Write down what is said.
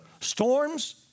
Storms